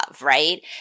right